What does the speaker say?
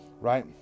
right